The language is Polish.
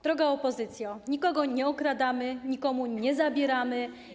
Droga opozycjo, nikogo nie okradamy, nikomu nie zabieramy.